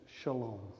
shalom